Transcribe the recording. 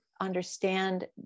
understand